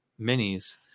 minis